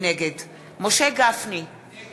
נגד משה גפני,